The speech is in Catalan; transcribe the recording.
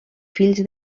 fills